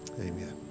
amen